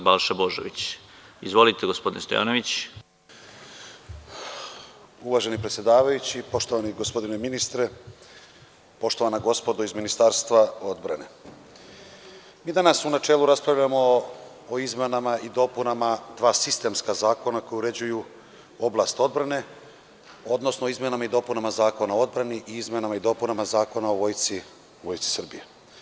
Uvaženi predsedavajući, poštovani gospodine ministre, poštovana gospodo iz Ministarstva odbrane, mi danas u načelu raspravljamo o izmenama i dopunama dva sistemska zakona koji uređuju oblast odbrane, odnosno o izmenama i dopunama Zakona o odbrani i izmenama i dopunama Zakona o Vojsci Srbije.